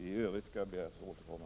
I övrigt skall jag be att få återkomma.